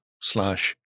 slash